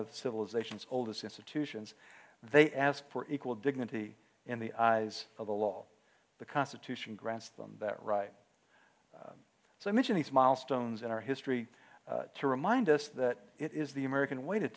of civilizations old as institutions they ask for equal dignity in the eyes of the law the constitution grants them that right so i mention these milestones in our history to remind us that it is the american way to